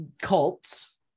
cults